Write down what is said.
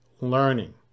learning